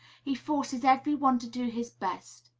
he forces every one to do his best.